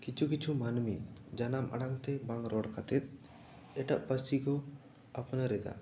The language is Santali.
ᱠᱤᱪᱷᱩ ᱠᱤᱪᱷᱩ ᱢᱟᱹᱱᱢᱤ ᱡᱟᱱᱟᱢ ᱟᱲᱟᱝ ᱛᱮ ᱵᱟᱝ ᱨᱚᱲ ᱠᱟᱛᱮ ᱮᱴᱟᱜ ᱯᱟᱹᱨᱥᱤ ᱠᱚ ᱟᱯᱱᱟᱨ ᱮᱫᱟ